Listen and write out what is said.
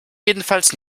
jedenfalls